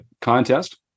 contest